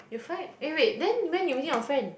your flight eh wait then when you meeting your friend